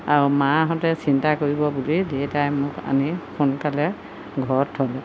আৰু মাহঁতে চিন্তা কৰিব বুলি দেউতাই মোক আনি সোনকালে ঘৰত থ'লে